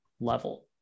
level